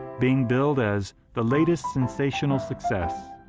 being billed as the latest sensational success,